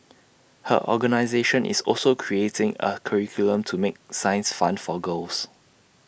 her organisation is also creating A curriculum to make science fun for girls